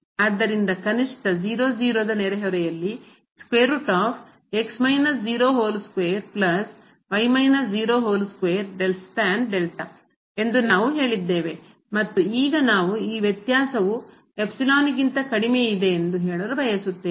ಆದ್ದರಿಂದ ಕನಿಷ್ಠ ಯ ನೆರೆಹೊರೆಯಲ್ಲಿ ಎಂದು ನಾವು ಹೇಳಿದ್ದೇವೆ ಮತ್ತು ಈಗ ನಾವು ಈ ವ್ಯತ್ಯಾಸವು ಎಪ್ಸಿಲಾನ್ ಗಿಂತ ಕಡಿಮೆಯಿದೆ ಎಂದು ಹೇಳಲು ಬಯಸುತ್ತೇವೆ